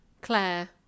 Claire